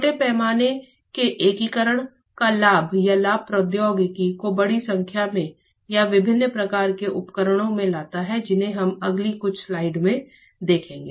छोटे पैमाने के एकीकरण का लाभ या लाभ प्रौद्योगिकी को बड़ी संख्या में और विभिन्न प्रकार के उपकरणों में लाता है जिन्हें हम अगली कुछ स्लाइड्स में देखेंगे